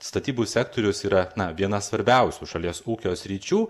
statybų sektorius yra na viena svarbiausių šalies ūkio sričių